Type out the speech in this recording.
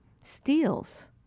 steals